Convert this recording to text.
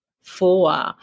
four